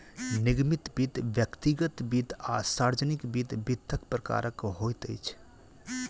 निगमित वित्त, व्यक्तिगत वित्त आ सार्वजानिक वित्त, वित्तक प्रकार होइत अछि